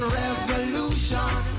revolution